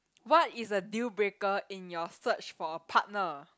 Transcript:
what is a deal breaker in your search for a partner